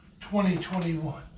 2021